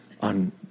On